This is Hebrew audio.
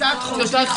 זו הצעת חוק,